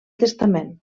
testament